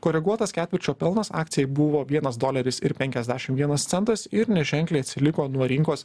koreguotas ketvirčio pelnas akcijai buvo vienas doleris ir penkiasdešim vienas centas ir neženkliai atsiliko nuo rinkos